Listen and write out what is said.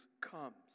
comes